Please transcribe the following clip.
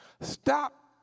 Stop